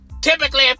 Typically